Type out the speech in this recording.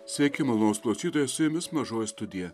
sveiki malonūs klausytojai su jumis mažoji studija